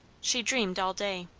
she dreamed all day.